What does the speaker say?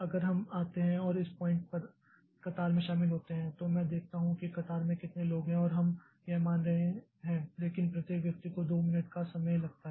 अगर हम आते हैं और इस पॉइंट पर कतार में शामिल होते हैं तो मैं देखता हूं कि कतार में कितने लोग हैं और हम यह मान रहे हैं लेकिन प्रत्येक व्यक्ति को 2 मिनट का समय लगता है